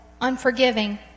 unforgiving